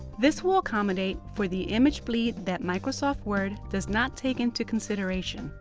this will accommodate for the image bleed that microsoft word does not take into consideration.